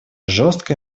жесткой